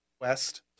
west